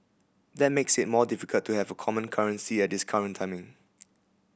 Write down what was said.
that makes it more difficult to have a common currency at this current timing